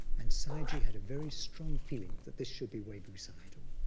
and sayagyi had a very strong feeling that this should be webu sayadaw.